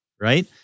right